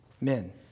men